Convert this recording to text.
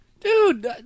Dude